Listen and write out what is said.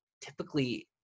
Typically